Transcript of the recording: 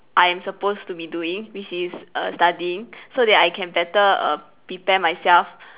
I am supposed to be doing which is err studying so that I can better err prepare myself